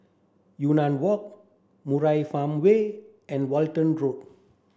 Yunnan Walk Murai Farmway and Walton Road